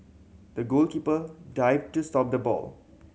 the goalkeeper dived to stop the ball